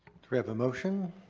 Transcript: do we have a motion?